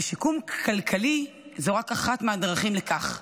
ושיקום כלכלי זו רק אחת מהדרכים לכך.